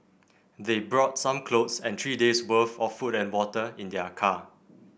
they brought some clothes and three days' worth of food and water in their car